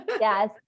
Yes